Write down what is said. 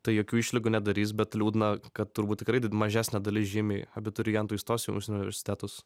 tai jokių išlygų nedarys bet liūdna kad turbūt tikrai mažesnė dalis žymiai abiturientų įstos į užsienio universitetus